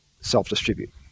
self-distribute